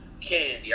Candy